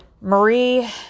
Marie